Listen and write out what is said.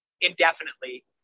indefinitely